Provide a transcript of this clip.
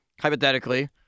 hypothetically